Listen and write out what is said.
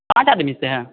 पाँच आदमी से हैं